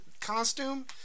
costume